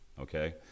Okay